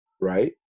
right